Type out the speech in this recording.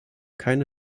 keine